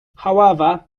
however